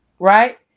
Right